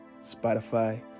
Spotify